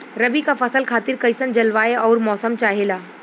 रबी क फसल खातिर कइसन जलवाय अउर मौसम चाहेला?